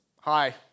Hi